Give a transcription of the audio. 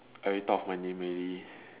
I ripped off my name already